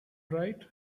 right